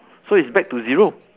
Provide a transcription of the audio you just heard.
so it's back to zero